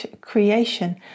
creation